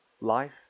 life